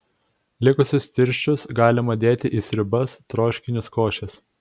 likusius tirščius galima dėti į sriubas troškinius košes